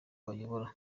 bayobora